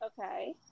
Okay